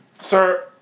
Sir